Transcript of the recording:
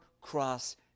cross